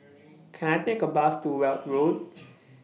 Can I Take A Bus to Weld Road